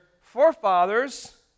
forefathers